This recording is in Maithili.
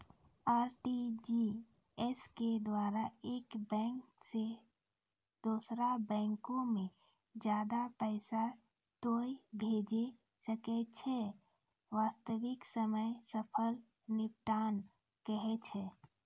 आर.टी.जी.एस के द्वारा एक बैंक से दोसरा बैंको मे ज्यादा पैसा तोय भेजै सकै छौ वास्तविक समय सकल निपटान कहै छै?